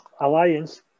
Alliance